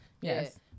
yes